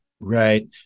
Right